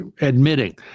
admitting